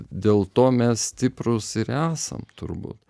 dėlto mes stiprūs ir esam turbūt